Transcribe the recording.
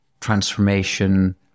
transformation